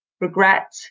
regret